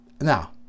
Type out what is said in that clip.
now